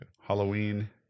Halloween